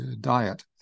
diet